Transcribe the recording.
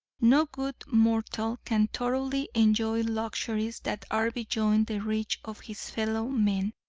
no good mortal can thoroughly enjoy luxuries that are beyond the reach of his fellow men,